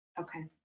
Okay